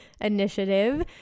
initiative